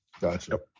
Gotcha